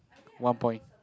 one point